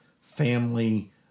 family